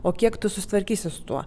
o kiek tu susitvarkysi su tuo